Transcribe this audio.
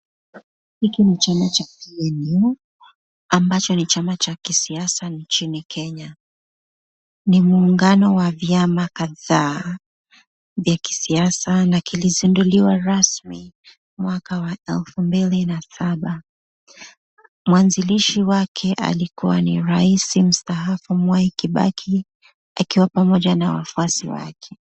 Hiki ni chama cha PNU, ambacho ni chama cha kisiasa nchini Kenya. Ni muungano wa vyama kadhaa vya kisiasa na kilizinduliwa rasmi mwaka wa elfu mbili na saba. Mwanzilishi wake alikua ni rais mstaafu Mwai Kibaki akiwa pamoja na wafuasi wake.